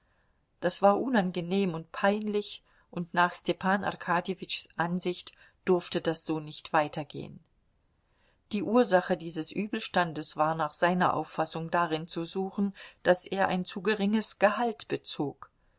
das war unangenehm und peinlich und nach stepan arkadjewitschs ansicht durfte das so nicht weitergehen die ursache dieses übelstandes war nach seiner auffassung darin zu suchen daß er ein zu geringes gehalt bezog